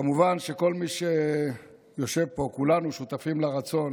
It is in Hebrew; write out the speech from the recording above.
כמובן שכל מי שיושב פה, כולנו שותפים לרצון